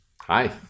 Hi